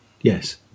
Yes